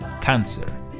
cancer